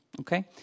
okay